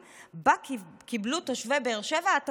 שבה קיבלו תושבי באר שבע הטבות מס.